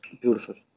beautiful